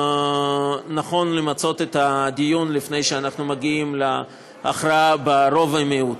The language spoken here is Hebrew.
ונכון למצות את הדיון לפני שאנחנו מגיעים להכרעה ברוב ומיעוט.